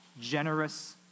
generous